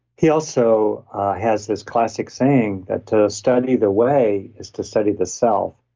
he also has this classic saying that to study the way is to study the self.